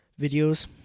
videos